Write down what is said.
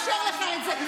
ואצל אישה זאת תהיה חולשה.